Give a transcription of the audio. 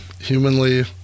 humanly